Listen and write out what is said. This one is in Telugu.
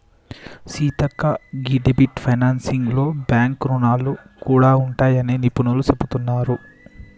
సీతక్క గీ డెబ్ట్ ఫైనాన్సింగ్ లో బాంక్ రుణాలు గూడా ఉంటాయని నిపుణులు సెబుతున్నారంట